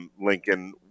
Lincoln –